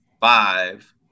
five